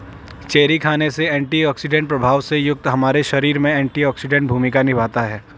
cherry खाने से antioxidant प्रभाव से युक्त हमारे शरीर में एंटीऑक्सीडेंट भूमिका निभाता है